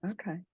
Okay